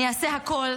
אני אעשה הכול,